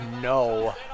no